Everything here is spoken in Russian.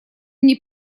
мне